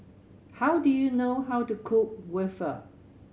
how do you know how to cook waffle